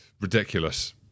ridiculous